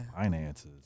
Finances